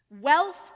Wealth